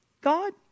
God